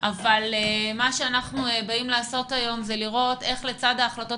אבל מה שאנחנו באים לעשות היום זה לראות איך לצד ההחלטות